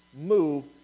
move